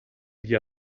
gli